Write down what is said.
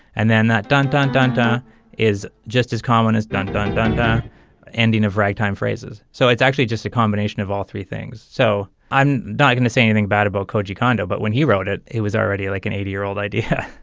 and then that dun dun dun da is just as common as dun dun dun the ending of ragtime phrases. so it's actually just a combination of all three things. so i'm not gonna say anything bad about koji kinda. but when he wrote it, it was already like an eighty year old idea.